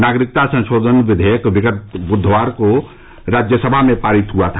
नागरिक संशोधन विधेयक विगत बुधवार को राज्यसभा में पारित हुआ था